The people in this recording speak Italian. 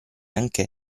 anche